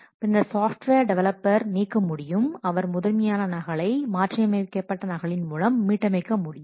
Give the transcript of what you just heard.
பின்னர் software developer நீக்கமுடியும் அவர் முதன்மையான நகலை மாற்றியமைக்கப்பட்ட நகலின் மூலம் மீட்டமைக்க முடியும்